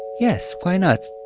yes, why not?